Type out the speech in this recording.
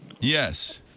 Yes